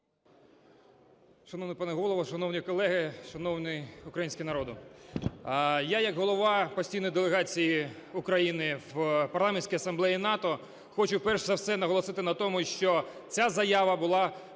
Шановний пане Голово, шановні колеги, шановний український народе! Я як голова постійної делегації України в Парламентській асамблеї НАТО хочу перш за все наголосити на тому, що ця заява була